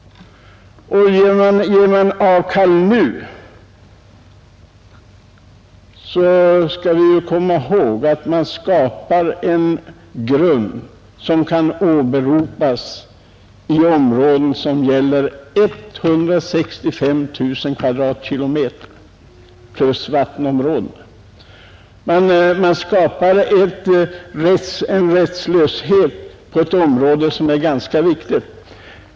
Vi bör komma ihåg att vi skapar prejudikat som kan åberopas när det gäller äganderätten till områden som omfattar 165 000 kvadratkilometer jämte vattenområden. Det kan skapas en rättslöshet som kan få stor betydelse.